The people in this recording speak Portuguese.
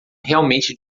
realmente